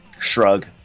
shrug